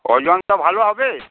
অজন্তা ভালো হবে